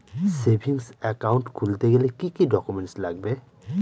Savings account খুলতে গেলে কি কি ডকুমেন্টস লাগবে?